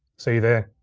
see you there.